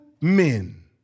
men